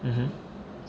mmhmm